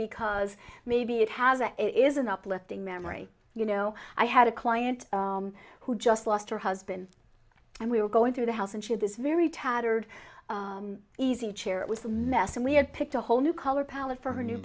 because maybe it has it is an uplifting memory you know i had a client who just lost her husband and we were going through the house and she had this very tattered easy chair it was a mess and we had picked a whole new color palette for her new